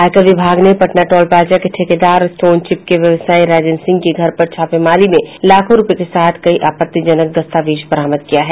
आयकर विभाग ने पटना टॉल प्लाजा के ठेकेदार और स्टोन चिप्स के व्यवसायी राजेन्द्र सिंह के घर पर छापेमारी में लाखों रूपये के साथ कई आपत्तिजनक दस्तावेज बरामद किया है